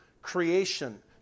creation